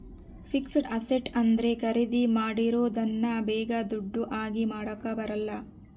fixed asset ಅಂದ್ರೆ ಖರೀದಿ ಮಾಡಿರೋದನ್ನ ಬೇಗ ದುಡ್ಡು ಆಗಿ ಮಾಡಾಕ ಬರಲ್ಲ